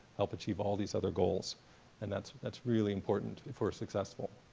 help achieve all these other goals and that's that's really important for a successful.